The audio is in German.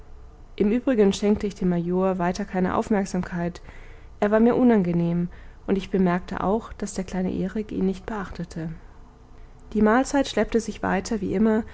im übrigen schenkte ich dem major weiter keine aufmerksamkeit er war mir unangenehm und ich bemerkte auch daß der kleine erik ihn nicht beachtete die mahlzeit schleppte sich weiter wie immer